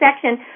section